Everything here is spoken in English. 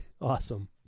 Awesome